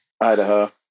Idaho